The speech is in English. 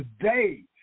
today